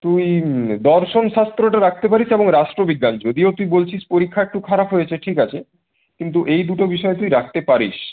তুই দর্শনশাস্ত্রটা রাখতে পারিস এবং রাষ্ট্রবিজ্ঞান যদিও তুই বলছিস পরীক্ষা একটু খারাপ হয়েছে ঠিক আছে কিন্তু এই দুটো বিষয় তুই রাখতে পারিস